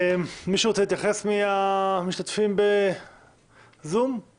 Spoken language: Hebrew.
מישהו מהמשתתפים בזום רוצה להתייחס?